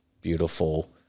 beautiful